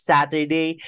Saturday